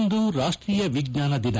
ಇಂದು ರಾಷ್ಟೀಯ ವಿಜ್ಞಾನ ದಿನ